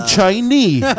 Chinese